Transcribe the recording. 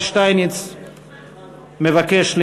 מושב רביעי,